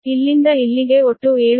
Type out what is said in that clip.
ಇಲ್ಲಿಂದ ಇಲ್ಲಿಗೆ ಒಟ್ಟು 7